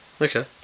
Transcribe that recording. Okay